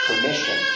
permission